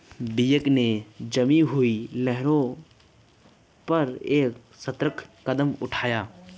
Bianca ने जमी हुई लहरों पर एक सतर्क कदम उठाया